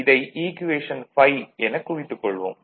இதை ஈக்குவேஷன் 5 என குறித்துக் கொள்வோம்